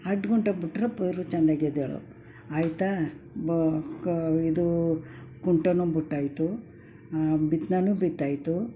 ಅಡ್ಡ ಗುಂಟ ಬಿಟ್ರೆ ಪೈರು ಚೆಂದಾಗಿ ಎದ್ದೆಳೋದು ಆಯಿತಾ ಇದೂ ಗುಂಟನೂ ಬಿಟ್ಟಾಯ್ತು ಬಿತ್ನೆನು ಬಿತ್ತಾಯಿತು